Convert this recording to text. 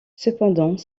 cependant